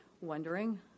wondering